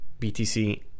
BTC